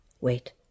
Wait